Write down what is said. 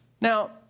Now